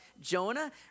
jonah